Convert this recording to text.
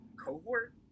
cohort